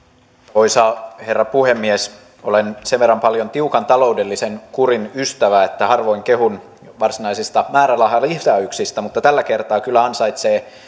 arvoisa herra puhemies olen sen verran paljon tiukan taloudellisen kurin ystävä että harvoin kehun varsinaisista määrärahalisäyksistä mutta tällä kertaa kyllä